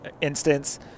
instance